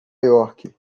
york